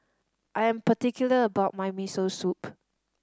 I am particular about my Miso Soup